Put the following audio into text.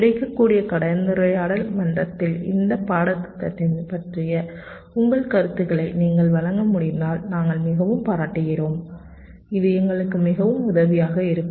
கிடைக்கக்கூடிய கலந்துரையாடல் மன்றத்தில் இந்த பாடத்திட்டத்தைப் பற்றிய உங்கள் கருத்துக்களை நீங்கள் வழங்க முடிந்தால் நாங்கள் மிகவும் பாராட்டுகிறோம் இது எங்களுக்கு மிகவும் உதவியாக இருக்கும்